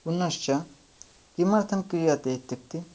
पुनश्च किमर्थं क्रियते इत्युक्ते